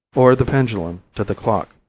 or the pendulum to the clock.